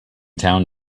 town